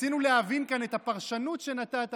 ניסינו להבין את הפרשנות שנתת,